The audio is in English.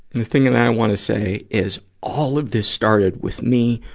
the thing and that i wanna say is, all of this started with me,